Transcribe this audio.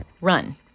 Run